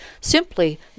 Simply